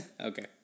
Okay